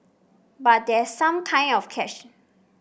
but there's some kind of catch